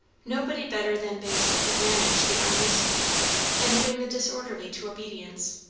nobody better than basil could manage the unreasonable and bring the disorderly to obedience